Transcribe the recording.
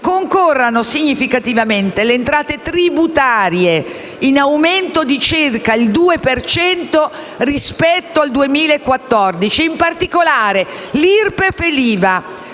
concorrano significativamente le entrate tributarie, in aumento di circa il 2 per cento rispetto al 2014, e in particolare IRPEF e IVA,